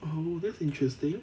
oh that's interesting